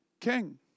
king